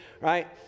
right